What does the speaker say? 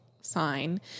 sign